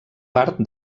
part